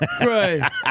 Right